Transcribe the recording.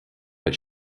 but